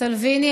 סלביני.